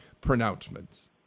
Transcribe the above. pronouncements